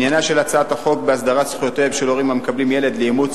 עניינה של הצעת החוק בהסדרת זכויותיהם של הורים המקבלים ילד לאימוץ